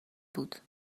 بود